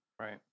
Right